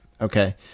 okay